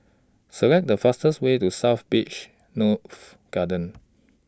Select The fastest Way to South Beach North Garden